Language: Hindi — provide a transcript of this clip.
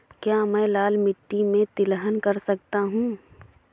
क्या मैं लाल मिट्टी में तिलहन कर सकता हूँ?